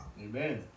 Amen